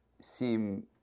seem